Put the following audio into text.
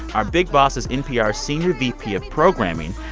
our big boss is npr's senior vp of programming,